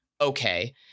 Okay